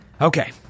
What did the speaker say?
Okay